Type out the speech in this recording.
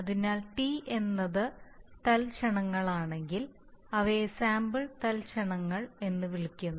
അതിനാൽ T എന്നത് തൽക്ഷണങ്ങളാണെങ്കിൽ അവയെ സാമ്പിൾ തൽക്ഷണങ്ങൾ എന്ന് വിളിക്കുന്നു